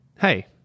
hey